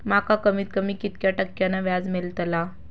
माका कमीत कमी कितक्या टक्क्यान व्याज मेलतला?